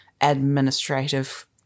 administrative